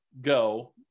go